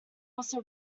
also